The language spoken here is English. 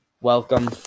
Welcome